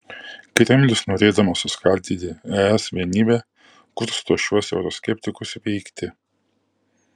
kremlius norėdamas suskaldyti es vienybę kursto šiuos euroskeptikus veikti